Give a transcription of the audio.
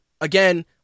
again